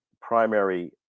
primary